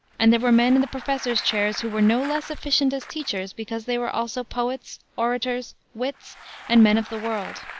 and there were men in the professors' chairs who were no less efficient as teachers because they were also poets, orators, wits and men of the world.